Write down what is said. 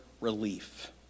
relief